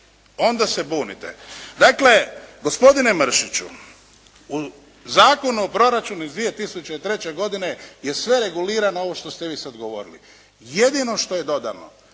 onda se bunite. Dakle, gospodine Mršiću u Zakonu o proračunu iz 2003. godine je sve regulirano ovo što ste vi sada govorili. Jedino što je dodano